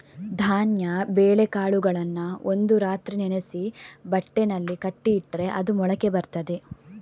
ಧಾನ್ಯ ಬೇಳೆಕಾಳುಗಳನ್ನ ಒಂದು ರಾತ್ರಿ ನೆನೆಸಿ ಬಟ್ಟೆನಲ್ಲಿ ಕಟ್ಟಿ ಇಟ್ರೆ ಅದು ಮೊಳಕೆ ಬರ್ತದೆ